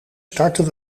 starten